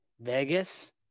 Vegas